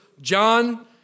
John